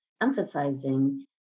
emphasizing